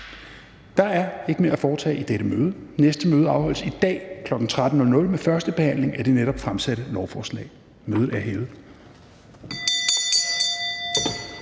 Der er ikke mere at foretage i dette møde. Folketingets næste møde afholdes i dag kl. 13.00 med første behandling af det netop fremsatte lovforslag. Mødet er hævet.